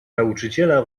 nauczyciela